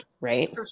Right